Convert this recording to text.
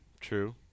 True